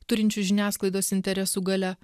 turinčių žiniasklaidos interesų galia